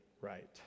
right